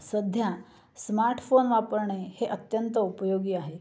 सध्या स्मार्टफोन वापरणे हे अत्यंत उपयोगी आहे